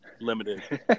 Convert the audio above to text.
limited